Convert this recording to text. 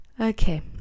Okay